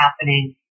happening